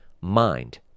mind